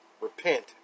repent